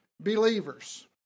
believers